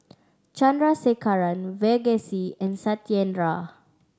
Chandrasekaran Verghese and Satyendra